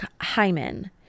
Hyman